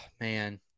man